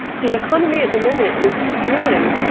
the economy at the minute is booming,